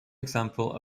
example